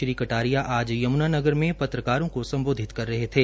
श्री कटारिया आज यमुनानगर के पत्रकारों को सम्बोधित कर रहे थे